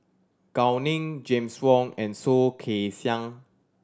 Gao Ning James Wong and Soh Kay Siang